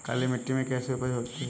काली मिट्टी में कैसी उपज होती है?